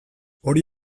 hori